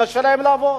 קשה להם לעבוד.